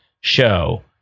show